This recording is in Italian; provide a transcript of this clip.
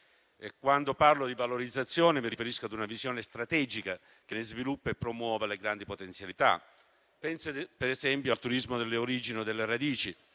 Quando parlo di valorizzazione, mi riferisco a una visione strategica che ne sviluppa e promuove le grandi potenzialità. Penso ad esempio al turismo delle origini o delle radici,